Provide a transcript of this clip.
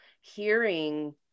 hearing